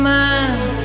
mind